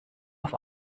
auf